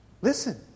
Listen